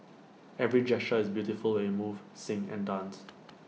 every gesture is beautiful when we move sing and dance